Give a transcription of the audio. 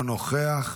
אינו נוכח.